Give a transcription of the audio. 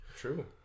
true